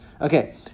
Okay